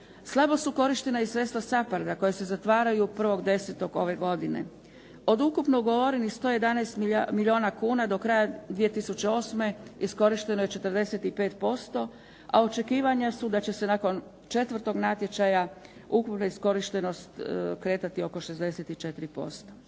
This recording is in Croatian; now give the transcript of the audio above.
Slabo su korištena i sredstva SAPARD-a koja se zatvaraju 1.10. ove godine. Od ukupno ugovoreno 111 milijuna kuna do kraja 2008. iskorišteno je 45% a očekivanja su da će se nakon četvrtog natječaja ukupna iskorištenost kretati oko 64%.